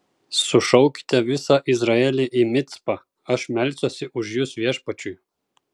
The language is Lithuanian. sušaukite visą izraelį į micpą aš melsiuosi už jus viešpačiui